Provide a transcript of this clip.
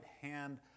hand